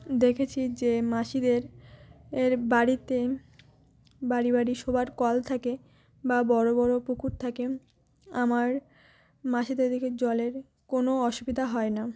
দেখেছি যে মাসিদের এর বাড়িতে বাড়ি বাড়ি সবার কল থাকে বা বড়ো বড়ো পুকুর থাকে আমার মাসিদের দিকে জলের কোনো অসুবিধা হয় না